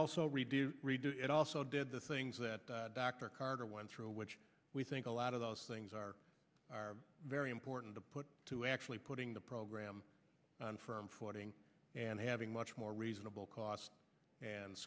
also read it also did the things that dr carter went through which we think a lot of those things are very important to put to actually putting the program on firm footing and having much more reasonable cost and